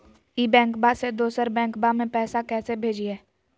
ई बैंकबा से दोसर बैंकबा में पैसा कैसे भेजिए?